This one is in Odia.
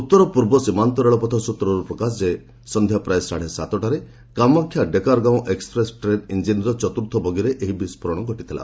ଉତ୍ତରପୂର୍ବ ସୀମାନ୍ତ ରେଳପଥ ସୂତ୍ରରୁ ପ୍ରକାଶ ଯେ ସନ୍ଧ୍ୟା ପ୍ରାୟ ସାଢ଼େ ସାତଟାରେ କାମାକ୍ଷା ଡେକାରଗାଓଁ ଏକ୍ସପ୍ରେସ୍ ଟ୍ରେନ୍ ଇଞ୍ଜିନ୍ର ଚତୁର୍ଥ ବଗିରେ ଏହି ବିସ୍ଫୋରଣ ଘଟିଥିଲା